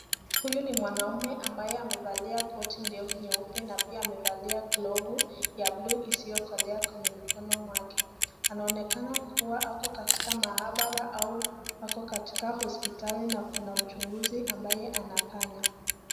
Huyu ni mwanaume ambaye amevalia koti ndefu nyeupe na pia amevalia glovu ya bluu isiokolea kwenye mikono mwake. Anaonekana kuwa ako katika maabara au ako katika hospitali na kuna uchunguzi ambaye anafanya.